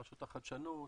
רשות החדשנות,